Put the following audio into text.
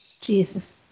Jesus